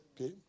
Okay